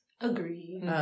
Agree